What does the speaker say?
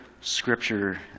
scripture